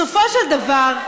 בסופו של דבר,